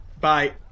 Bye